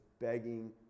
begging